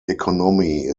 economy